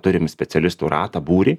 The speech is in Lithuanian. turim specialistų ratą būrį